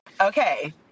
Okay